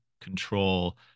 control